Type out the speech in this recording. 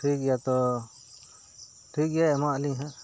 ᱴᱷᱤᱠ ᱜᱮᱭᱟ ᱛᱚ ᱴᱷᱤᱠ ᱜᱮᱭᱟ ᱮᱢᱟᱜ ᱟᱹᱞᱤᱧ ᱦᱟᱜ